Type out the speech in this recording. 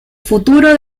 futuro